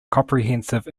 comprehensive